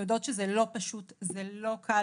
שהבסיס לשיקום אנחנו יודעות שזה כלל לא פשוט וזה לא קל.